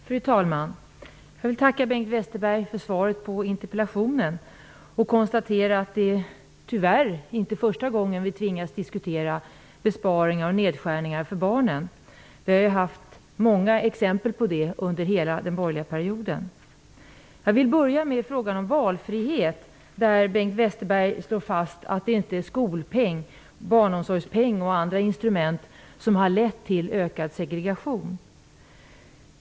Fru talman! Jag vill tacka Bengt Westerberg för svaret på interpellationen och konstatera att det tyvärr inte är första gången vi tvingas diskutera besparingar och nedskärningar för barnen. Vi har haft många exempel på det under hela den borgerliga perioden. Jag vill börja med frågan om valfrihet. Bengt Westerberg slår fast att det inte är skolpeng, barnomsorgspeng och andra instrument som har lett till ökad segregation.